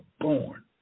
born